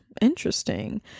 Interesting